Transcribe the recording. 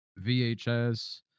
VHS